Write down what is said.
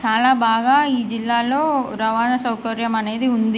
చాలా బాగా ఈ జిల్లాలో రవాణా సౌకర్యం అనేది ఉంది